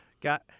Got